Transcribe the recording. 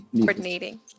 coordinating